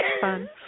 fun